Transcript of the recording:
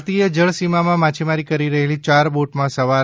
ભારતીય જળસીમામાં માછીમારી કરી રહેલી ચાર બોટમાં સવાર